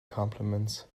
compliments